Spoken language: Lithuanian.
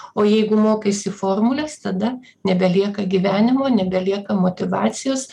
o jeigu mokaisi formules tada nebelieka gyvenimo nebelieka motyvacijos